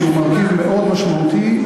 שהוא מרכיב מאוד משמעותי,